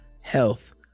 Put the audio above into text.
health